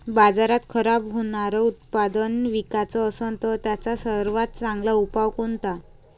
बाजारात खराब होनारं उत्पादन विकाच असन तर त्याचा सर्वात चांगला उपाव कोनता?